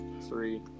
Three